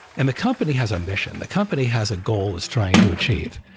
and the company has a mission. the company has a goal it's trying to achieve.